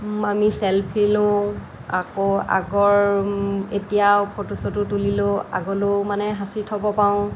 আমি ছেলফি লওঁ আকৌ আগৰ এতিয়া ফটো চটো তুলিলেও আগলৈয়ো মানে সাঁচি থব পাৰোঁ